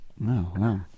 Wow